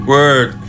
Word